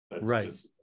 right